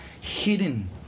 hidden